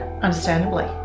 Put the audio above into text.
understandably